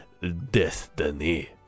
Destiny